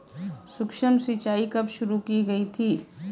सूक्ष्म सिंचाई कब शुरू की गई थी?